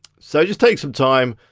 so just take some time,